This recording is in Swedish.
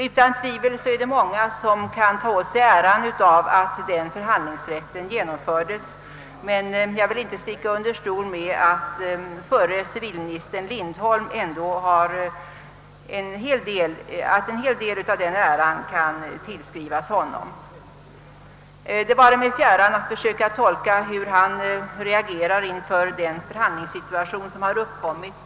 Utan tvivel är det många som kan ta åt sig äran av att förhandlingsrätten slutligen genomfördes, men jag vill inte sticka under stol med att en hel del av den äran kan tillskrivas förre civilministern Lindholm. Det vare mig fjär ran att försöka tolka hur han skulle reagera inför den förhandlingssituation som har uppstått.